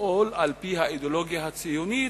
ולפעול על-פי האידיאולוגיה הציונית,